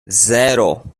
zero